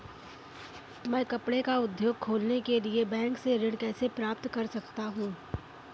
मैं कपड़े का उद्योग खोलने के लिए बैंक से ऋण कैसे प्राप्त कर सकता हूँ?